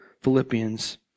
Philippians